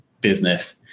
business